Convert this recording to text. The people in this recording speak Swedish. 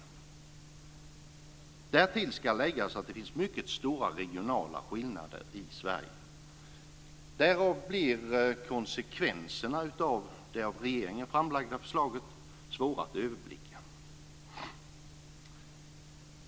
Därtill ska läggas att det finns mycket stora regionala skillnader i Sverige. Därför blir konsekvenserna av det av regeringen framlagda förslaget svåra att överblicka.